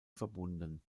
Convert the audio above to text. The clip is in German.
verbunden